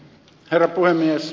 herra puhemies